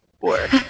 work